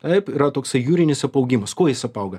taip yra toksai jūrinis apaugimas kuo jis apauga